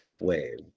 wave